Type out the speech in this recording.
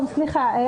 סליחה.